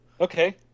Okay